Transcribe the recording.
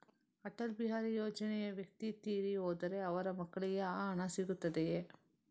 ಅಟಲ್ ಬಿಹಾರಿ ಯೋಜನೆಯ ವ್ಯಕ್ತಿ ತೀರಿ ಹೋದರೆ ಅವರ ಮಕ್ಕಳಿಗೆ ಆ ಹಣ ಸಿಗುತ್ತದೆಯೇ?